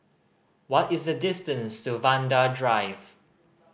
what is the distance to Vanda Drive